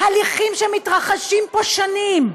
הליכים שמתרחשים פה שנים.